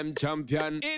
Champion